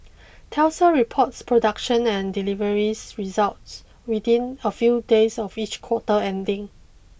Tesla reports production and deliveries results within a few days of each quarter ending